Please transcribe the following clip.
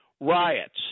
riots